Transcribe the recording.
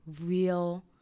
real